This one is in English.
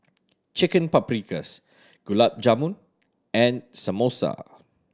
Chicken Paprikas Gulab Jamun and Samosa